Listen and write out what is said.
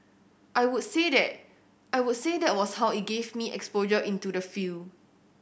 I would say that I was say that was how it gave me exposure into the field